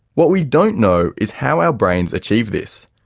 what we don't know is how our brains achieve this.